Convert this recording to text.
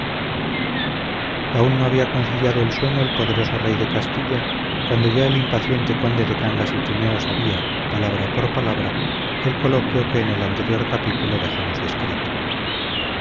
aún no había conciliado el sueño el poderoso rey de castilla cuando ya el impaciente conde de cangas y tineo sabía palabra por palabra el coloquio que en el anterior capítulo dejamos descrito